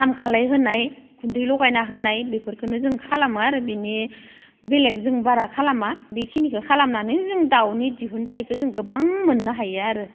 ओंखाम खालाय होनाय गुन्दै लगायना होनाय बेफोरखौनो जोङो खालामो आरो बिनि बेलेग जों बारा खालामा बेखिनिखौ खालामनानै जों दाउनि दिहुनथायखौ जों गोबां मोननो हायो आरो